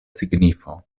signifo